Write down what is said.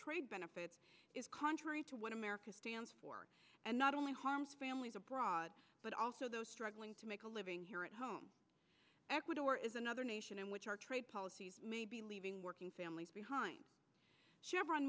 trade benefits is contrary to what america stands for and not only harms brought but also those struggling to make a living here at home ecuador is another nation in which our trade policies may be leaving working families behind chevron